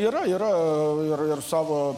yra yra ir savo